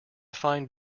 find